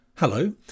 Hello